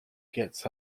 gets